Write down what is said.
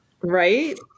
Right